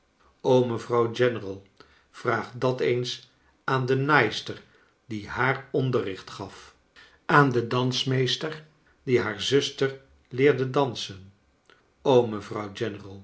mevrouw general vraag dat eens aan de naaister die haar onderricht gaf aan den dansmeester die haar zuster leerde dansen mevrouw